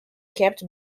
kept